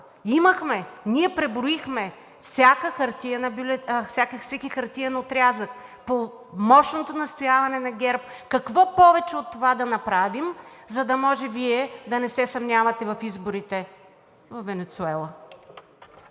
Имахме! Ние преброихме всеки хартиен отрязък под мощното настояване на ГЕРБ. Какво повече от това да направим, за да може Вие да не се съмнявате в изборите във Венецуела.